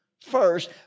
first